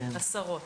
עשרות.